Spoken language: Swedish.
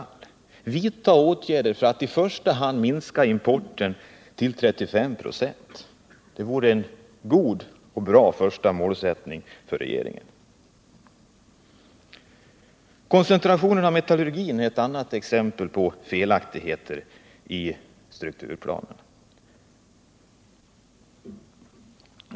Att vidta åtgärder för att minska importen till 35 96 vore en god första målsättning för regeringen. Koncentrationen av metallurgin är ett annat exempel på felaktigheter i strukturplanerna.